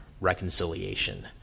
reconciliation